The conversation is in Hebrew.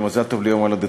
ומזל טוב ליום-הולדתך.